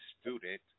student